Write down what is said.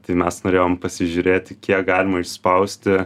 tai mes norėjom pasižiūrėti kiek galima išspausti